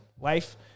life